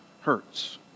hurts